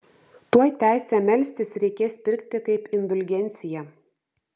tuoj teisę melstis reikės pirkti kaip indulgenciją